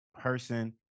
person